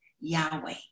Yahweh